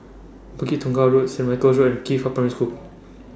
Bukit Tunggal Road Saint Michael's Road Qifa Primary School